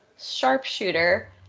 sharpshooter